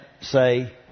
say